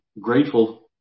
grateful